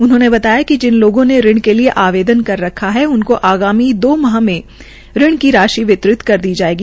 उन्होंने बताया कि जिन लोगों ने ऋण के लिये आवेदन कर रखा है उनको आगामी दो माह मे ऋण की राशि वितृत कर दी जायेगी